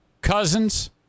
cousins